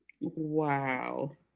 Wow